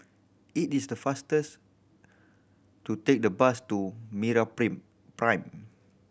it is the fastest to take the bus to Prime